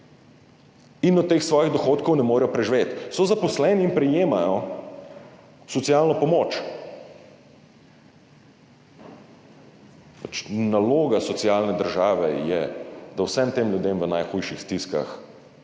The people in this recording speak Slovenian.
in od teh svojih dohodkov ne morejo preživeti. So zaposleni in prejemajo socialno pomoč. Pač naloga socialne države je, da vsem tem ljudem v najhujših stiskah